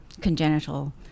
congenital